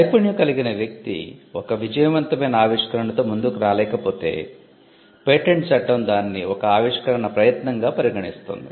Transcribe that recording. నైపుణ్యం కలిగిన వ్యక్తి ఒక విజయవంతమైన ఆవిష్కరణతో ముందుకు రాలేకపోతే పేటెంట్ చట్టం దాన్ని ఒక ఆవిష్కరణ ప్రయత్నంగా పరిగణిస్తుంది